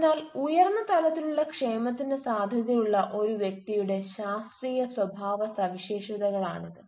അതിനാൽ ഉയർന്ന തലത്തിലുള്ള ക്ഷേമത്തിന് സാധ്യതയുള്ള ഒരു വ്യക്തിയുടെ ശാസ്ത്രീയ സ്വഭാവ സവിശേഷതകളാണിത്